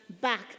back